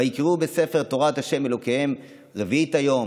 ויקראו בספר תורת ה' אלוקיהם רבעית היום",